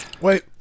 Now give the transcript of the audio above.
Wait